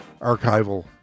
archival